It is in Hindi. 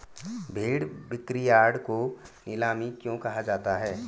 भेड़ बिक्रीयार्ड को नीलामी क्यों कहा जाता है?